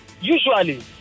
usually